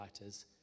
writers